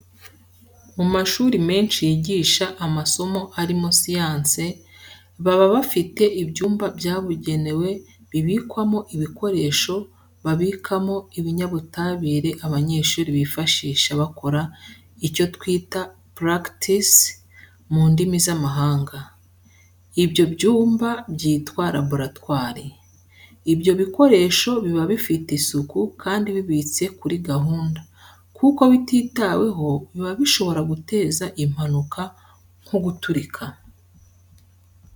Mu mashuri menshi yigisha amasomo arimo siyanse, baba bafite ibyumba byabugenewe bibikwamo ibikoresho babikamo ibinyabutabire abanyeshuri bifashisha bakora icyo twita " practice" mu ndimi z'amahanga. Ibyo byumba byitwa laboratwari. Ibyo bikoresho biba bifite isuku kandi bibitse kuri gahunda, kuko bititaweho biba bishobora guteza impanuka nko guturika.